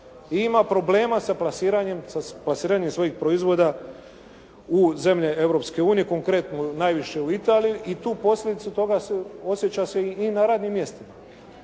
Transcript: ima problema sa plasiranjem svojih proizvoda u zemlje Europske unije, konkretno najviše u Italiju i tu posljedicu toga osjeća se i na radnim mjestima.